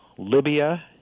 Libya